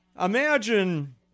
Imagine